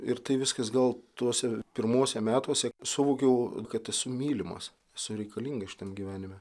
ir tai viskas gal tuose pirmuose metuose suvokiau kad esu mylimas esu reikalingais šitam gyvenime